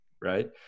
right